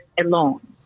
alone